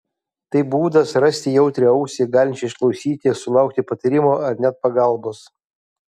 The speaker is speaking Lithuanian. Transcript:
tai būdas rasti jautrią ausį galinčią išklausyti sulaukti patarimo ar net pagalbos